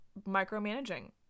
Micromanaging